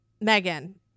Megan